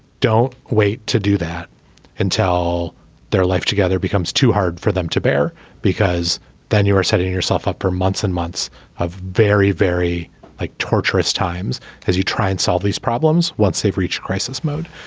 don't wait to do that and tell their life together becomes too hard for them to bear because then you are setting yourself up for months and months of very very like torturous times as you try and solve these problems once they've reached crisis mode.